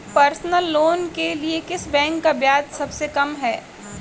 Personal loan के लिए किस बैंक का ब्याज सबसे कम है?